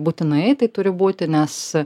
būtinai tai turi būti nes